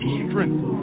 strength